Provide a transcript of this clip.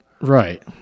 right